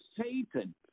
Satan